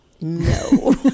No